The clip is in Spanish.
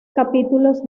capítulos